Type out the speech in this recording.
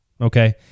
okay